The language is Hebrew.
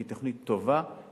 כי היא תוכנית טובה ומוצלחת.